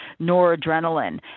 noradrenaline